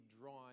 drawn